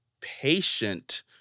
patient